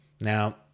Now